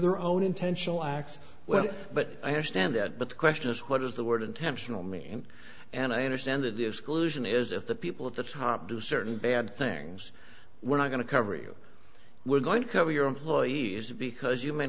their own intentional acts well but i understand that but the question is what is the word intentional me and i understand that the exclusion is if the people at the top do certain bad things we're not going to cover you we're going to cover your employees because you may